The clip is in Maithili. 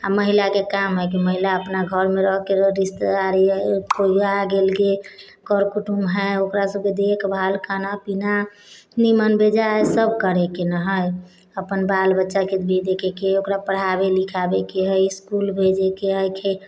अऽ महिलाके काम हय महिला अपना घरमे रहके रिश्तेदारी हय कोइ आ गेल कर कुटुम्ब हय ओकरा सभके देखभाल खाना पीना निमन बेजाय ई सभ करैके ने हय अपन बाल बच्चाके भी देखैके हय ओकरा पढ़ाबै लिखाबैके हय इसकुल भेजैके हय